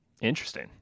Interesting